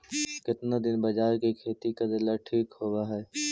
केतना दिन बाजरा के खेती करेला ठिक होवहइ?